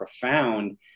profound